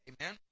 Amen